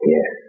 Yes